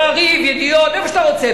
"מעריב", "ידיעות", "הארץ" איפה שאתה רוצה.